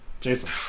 Jason